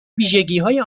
ویژگیهای